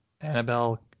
annabelle